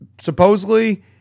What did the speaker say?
supposedly